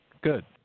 Good